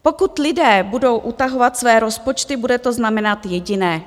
Pokud lidé budou utahovat své rozpočty, bude to znamenat jediné.